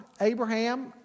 Abraham